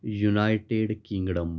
United Kingdom